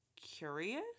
curious